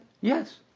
Yes